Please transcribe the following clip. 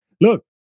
Look